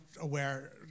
aware